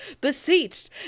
beseeched